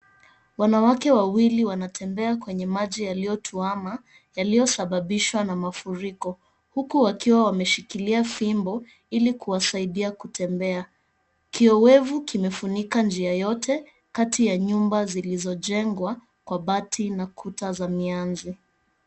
Wanawake wawili wanatembea katika maji iliyotuama yaliyo sababishwa na mafuriko huku wakiwa wameshikilia fimbo ilikuwasaidia kutembea kiowevu kimefunika njia yote kati ya nyumba zilizojengwa kwa bati na mianzi.